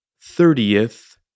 thirtieth